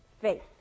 faith